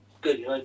good